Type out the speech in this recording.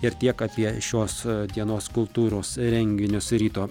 ir tiek apie šios dienos kultūros renginius ryto